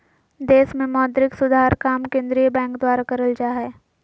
देश मे मौद्रिक सुधार काम केंद्रीय बैंक द्वारा करल जा हय